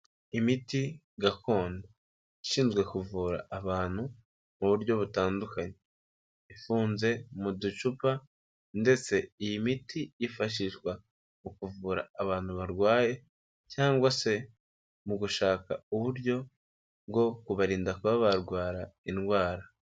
Imiti gakondo ishinzwe kuvura abantu mu buryo butandukanye, ifunze mu ducupa ndetse iyi miti yifashishwa mu kuvura abantu barwaye, cyangwa se mu gushaka uburyo bwo kubarinda kuba barwara indwara.